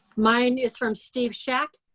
mine is from steve schaack.